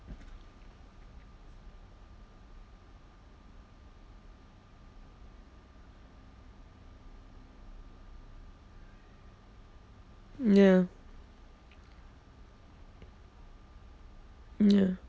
mm ya mm ya